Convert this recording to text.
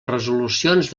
resolucions